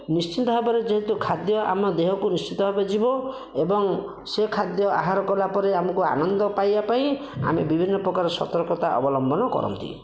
ନିଶ୍ଚିତ ଭାବରେ ଯେହେତୁ ଖାଦ୍ୟ ଆମ ଦେହକୁ ନିଶ୍ଚିତ ଭାବେ ଯିବ ଏବଂ ସେ ଖାଦ୍ୟ ଆହାର କଲା ପରେ ଆମକୁ ଆନନ୍ଦ ପାଇବା ପାଇଁ ଆମେ ବିଭିନ୍ନ ପ୍ରକାର ସତର୍କତା ଅବଲମ୍ବନ କରନ୍ତି